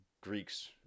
Greeks